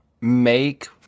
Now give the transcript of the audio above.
make